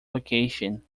location